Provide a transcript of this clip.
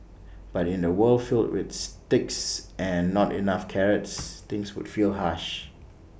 but in A world filled with sticks and not enough carrots things would feel harsh